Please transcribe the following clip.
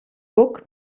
book